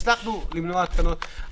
הצלחנו למנוע התקנת תקנות.